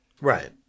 Right